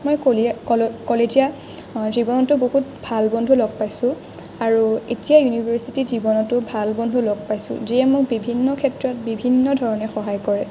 মই কলীয়া কল কলেজীয়া জীৱনতো বহুত ভাল বন্ধু লগ পাইছোঁ আৰু এতিয়া ইউনিভাৰ্ছিটি জীৱনতো ভাল বন্ধু লগ পাইছোঁ যিয়ে মোক বিভিন্ন ক্ষেত্ৰত বিভিন্ন ধৰণে সহায় কৰে